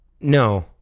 No